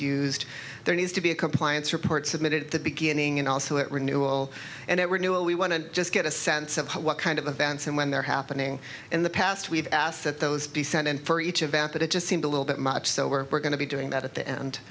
used there needs to be a compliance report submitted at the beginning and also at renewal and it renew what we want to just get a sense of what kind of events and when they're happening in the past we've asked that those be sent in for each event that it just seemed a little bit much so we're we're going to be doing that at the end